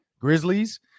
Grizzlies